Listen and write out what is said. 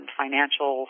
financial